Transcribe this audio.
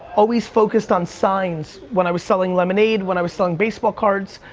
always focused on signs when i was selling lemonade, when i was selling baseball cards,